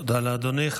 תודה רבה.